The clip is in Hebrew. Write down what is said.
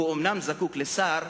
הם אומנם זקוקים לשר,